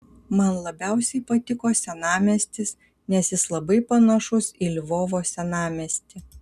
man labiausiai patiko senamiestis nes jis labai panašus į lvovo senamiestį